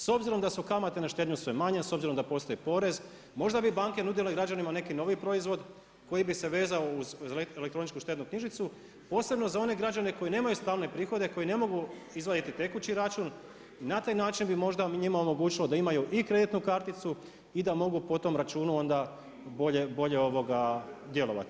S obzirom da su kamate na štednju sve manje, s obzirom da postoji porez, možda bi banke nudile građanima neki novi proizvod koji bi se vezao uz elektroničku štednu knjižicu posebno za one građane koji nemaju stalne prihode, koji ne mogu izvaditi tekući račun i na taj način bi možda njima omogućilo da imaju i kreditnu karticu i da mogu po tom računu onda bolje djelovati.